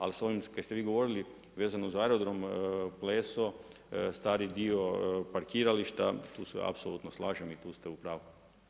Ali sa ovim što ste vi govorili vezano uz aerodrom Pleso, stari dio parkirališta, tu se apsolutno slažem i tu ste u pravu.